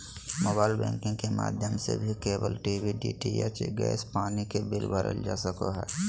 mobile banking के माध्यम से भी केबल टी.वी, डी.टी.एच, गैस, पानी के बिल भरल जा सको हय